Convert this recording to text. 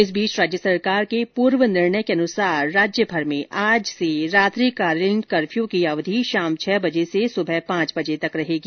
इस बीच राज्य सरकार के पूर्व निर्णय के अनुसार राज्यभर में आज से रात्रिकालीन कर्फ्यू की अवधि शाम छह बजे से सुबह पांच बजे तक रहेगी